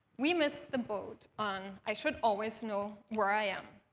we missed the boat on i should always know where i am